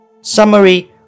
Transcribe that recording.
Summary